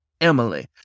Emily